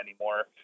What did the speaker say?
anymore